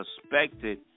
suspected